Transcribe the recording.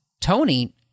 Tony